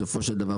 בסופו של דבר,